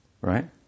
right